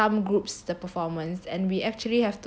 some groups 的 performance and we actually have to like